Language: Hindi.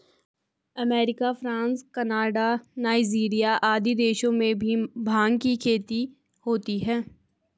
अमेरिका, फ्रांस, कनाडा, नाइजीरिया आदि देशों में भी भाँग की खेती होती है